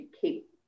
keep